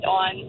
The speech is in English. on